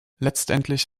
letztendlich